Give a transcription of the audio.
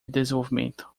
desenvolvimento